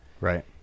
right